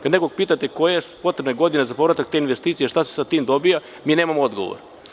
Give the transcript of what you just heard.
Kad nekog pitate – koje su godine potrebne za povratak te investicije, šta se sa tim dobija, mi nemamo odgovor.